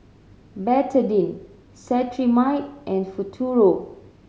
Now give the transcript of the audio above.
Betadine Cetrimide and Futuro